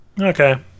okay